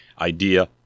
idea